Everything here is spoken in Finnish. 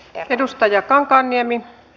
arvoisa puhemies